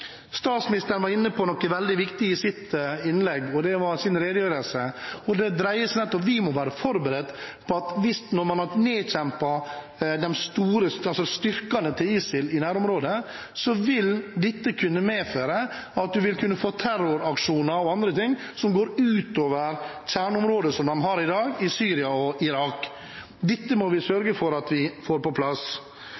Statsministeren var inne på noe veldig viktig i sin redegjørelse. Det dreier seg om at vi må være forberedt på at når man har nedkjempet styrkene til ISIL i nærområdet, vil dette kunne medføre terroraksjoner og annet som går utover kjerneområdet de har i dag i Syria og Irak. Dette må vi